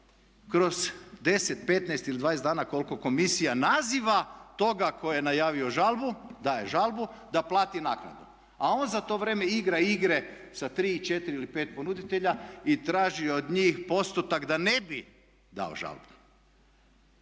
kroz 10, 15 ili 20 dana kliko komisija naziva toga tko je najavio žalbu daje žalbu da plati naknadu, a on za to vrijeme igra igre sa tri, četiri ili pet ponuditelja i traži od njih postotak da ne bi dao žalbu.